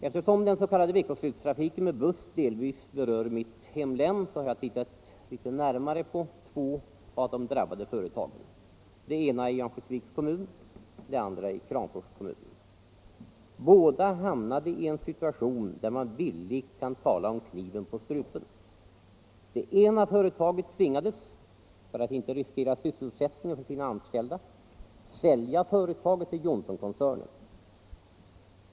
Eftersom den s.k. veckoslutstrafiken med buss delvis berör mitt hemlän, har jag tittat lite närmare på två av de drabbade företagen, det ena i Örnsköldsviks kommun, det andra i Kramfors kommun. Båda hamnade i en situation där man bildligt kan tala om kniven på strupen. Det ena företaget tvingades, för att inte riskera sysselsättningen för sina anställda, sälja företaget till Johnson-koncernen.